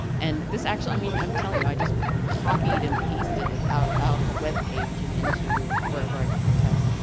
and this actually. i mean i'm telling you, i just copied and pasted it out out of a web page and into wherever i could put text.